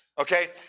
okay